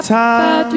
time